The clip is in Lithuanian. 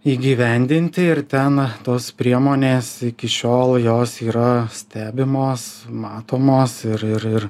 įgyvendinti ir ten tos priemonės iki šiol jos yra stebimos matomos ir ir ir